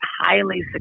highly